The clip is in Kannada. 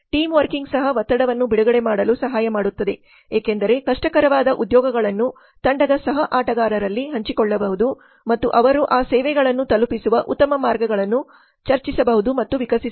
ಟೀಮ್ ವರ್ಕಿಂಗ್ ಸಹ ಒತ್ತಡವನ್ನು ಬಿಡುಗಡೆ ಮಾಡಲು ಸಹಾಯ ಮಾಡುತ್ತದೆ ಏಕೆಂದರೆ ಕಷ್ಟಕರವಾದ ಉದ್ಯೋಗಗಳನ್ನು ತಂಡದ ಸಹ ಆಟಗಾರರಲ್ಲಿ ಹಂಚಿಕೊಳ್ಳಬಹುದು ಮತ್ತು ಅವರು ಆ ಸೇವೆಗಳನ್ನು ತಲುಪಿಸುವ ಉತ್ತಮ ಮಾರ್ಗಗಳನ್ನು ಚರ್ಚಿಸಬಹುದು ಮತ್ತು ವಿಕಸಿಸಬಹುದು